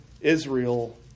Israel